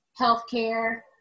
healthcare